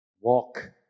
Walk